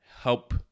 help